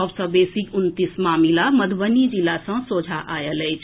सभ सँ बेसी उनतीस मामिला मधुबनी जिला सँ सोझा आएल अछि